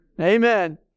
Amen